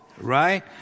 Right